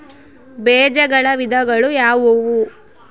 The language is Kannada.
ಬೇಜಗಳ ವಿಧಗಳು ಯಾವುವು?